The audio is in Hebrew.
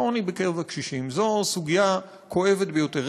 זו סוגיה כואבת ביותר.